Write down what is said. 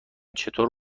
چطور